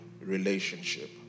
Relationship